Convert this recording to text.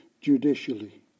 judicially